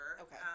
Okay